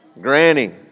Granny